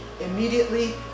immediately